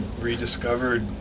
rediscovered